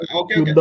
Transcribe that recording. okay